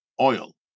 oil